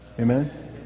Amen